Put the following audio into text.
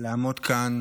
לעמוד כאן